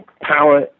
power